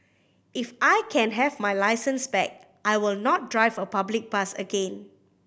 if I can have my licence back I will not drive a public bus again